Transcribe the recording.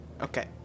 Okay